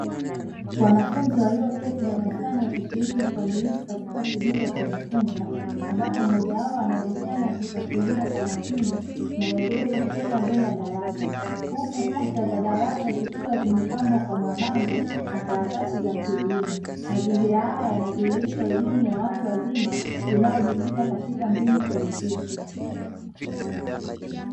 Wanafunzi walioketi darasani wakishiriki kikamilifu katika shughuli ya kujifunza ambapo mmoja wao anaoenekana akifuatilia kwa makini maelekezo kutoka mbele ya darasa, huku kuta za darasa zikiwa zimepambwa kwa mabango na karatasi za kielimu. Mazingira haya yanadhirihisha elimu ya watu wazima inayojikita katika mbinu shirikishi.